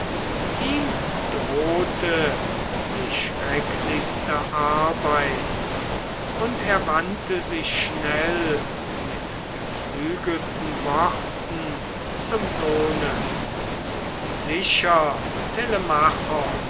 ihm drohte die schrecklichste arbeit und er wandte sich schnell mit geflügelten worten zum sohne sicher